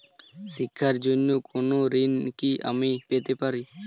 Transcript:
শিক্ষার জন্য কোনো ঋণ কি আমি পেতে পারি?